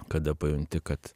kada pajunti kad